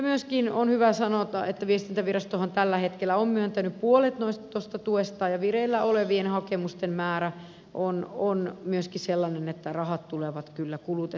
myöskin on hyvä sanoa että viestintävirastohan tällä hetkellä on myöntänyt puolet tuosta tuesta ja vireillä olevien hakemusten määrä on myöskin sellainen että rahat tulevat kyllä kulutettua